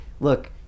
look